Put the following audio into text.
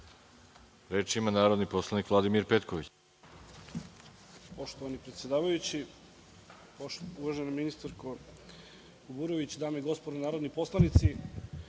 reč? Reč ima narodni poslanik Vladimir Petković.